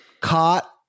Caught